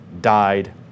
died